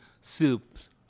soups